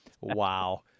Wow